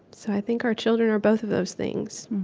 so i think our children are both of those things